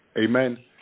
Amen